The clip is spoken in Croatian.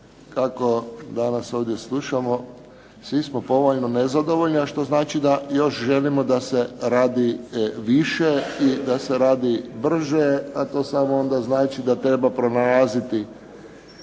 kako danas ovdje slušamo, svi smo pomalo nezadovoljni, što znači da želimo da se još radi više, da se radi brže, a to samo znači da treba pronalaziti